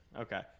okay